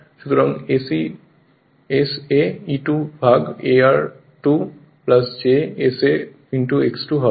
সুতরাং Sa E2 ভাগ ar2 jsa X 2 হবে